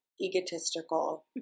egotistical